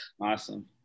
awesome